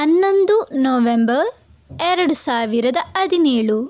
ಹನ್ನೊಂದು ನವೆಂಬ ಎರಡು ಸಾವಿರದ ಹದಿನೇಳು